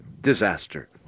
disaster